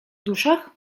duszach